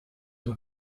were